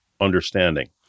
understanding